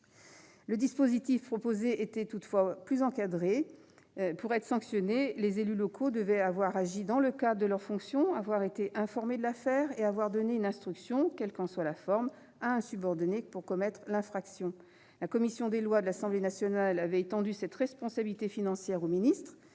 la présente proposition de loi : pour être sanctionnés, les élus locaux devaient avoir agi dans le cadre de leurs fonctions, avoir été informés de l'affaire et avoir donné l'instruction, quelle qu'en soit la forme, à un subordonné de commettre l'infraction. La commission des lois de l'Assemblée nationale avait étendu cette responsabilité financière aux ministres.